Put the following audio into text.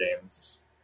games